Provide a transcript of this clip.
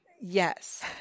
Yes